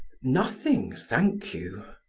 nothing, thank you.